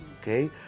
okay